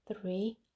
Three